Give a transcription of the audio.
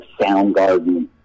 Soundgarden